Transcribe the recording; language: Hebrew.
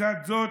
לצד זאת,